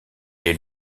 est